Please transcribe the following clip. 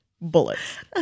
bullets